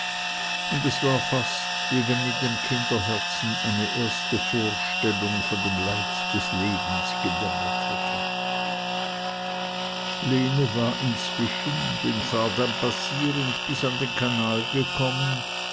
und es war fast wie wenn in dem kinderherzen eine erste vorstellung von dem leid des lebens gedämmert hätte lene war inzwischen den fahrdamm passierend bis an den kanal gekommen